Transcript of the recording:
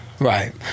Right